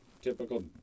Typical